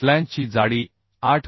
फ्लॅंजची जाडी 8